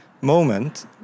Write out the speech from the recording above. moment